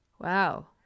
Wow